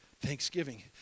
Thanksgiving